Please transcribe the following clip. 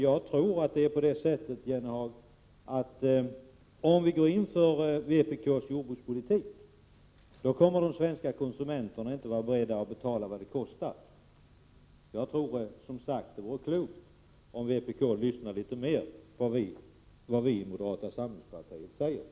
Jag tror att om vi går in för vpk:s jordbrukspolitik kommer de svenska konsumenterna inte att vara beredda att betala kostnaderna. Jag tror som sagt att det vore klokt om vpk lyssnade litet mer på vad vi i moderata samlingspartiet säger.